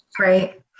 Right